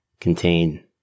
contain